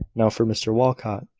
now for mr walcot!